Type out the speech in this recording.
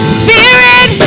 spirit